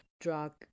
drug